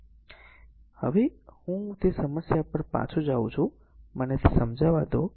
તેથી હવે હું તે સમસ્યા પર પાછો જાઉં છું મને આ સમજાવા દો